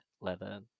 leather